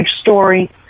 story